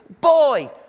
Boy